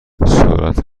سرعت